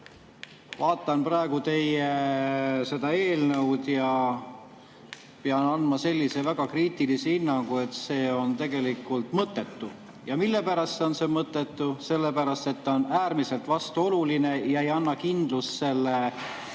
Vaatan praegu teie seda eelnõu ja pean andma sellise väga kriitilise hinnangu, et see on tegelikult mõttetu. Ja mille pärast on see mõttetu? Sellepärast et ta on äärmiselt vastuoluline ja ei anna kindlust selle